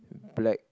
black